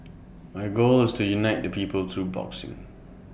my goal is to unite the people through boxing